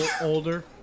Older